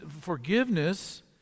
forgiveness